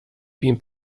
been